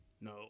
No